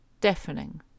deafening